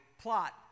plot